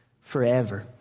forever